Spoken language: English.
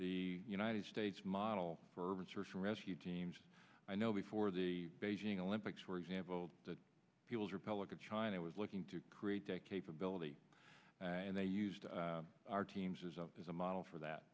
the united states model for search and rescue teams i know before the beijing olympics for example the people's republic of china was looking to create ability and they used our teams as a model for that